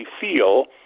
feel